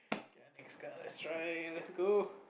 get a next card that's right let's go